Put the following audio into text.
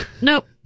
Nope